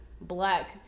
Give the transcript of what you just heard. black